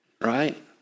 right